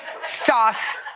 sauce